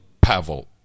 Pavel